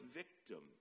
victim